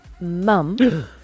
mum